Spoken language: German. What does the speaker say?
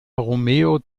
romeo